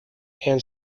and